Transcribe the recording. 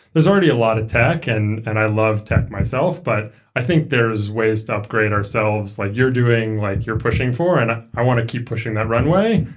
there's already a lot of tech and and i love tech myself, but i think there's ways to upgrade ourselves like you're doing like you're pushing for and i want to keep pushing that runway.